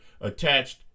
attached